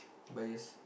bias